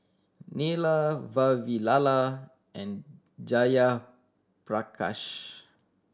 Neila Vavilala and Jayaprakash